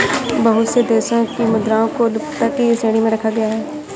बहुत से देशों की मुद्राओं को लुप्तता की श्रेणी में रखा गया है